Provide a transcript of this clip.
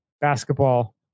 basketball